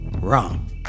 wrong